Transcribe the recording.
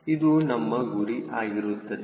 ಇದು ನಮ್ಮ ಗುರಿ ಆಗಿರುತ್ತದೆ